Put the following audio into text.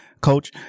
coach